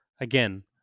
again